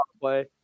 play